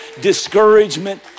discouragement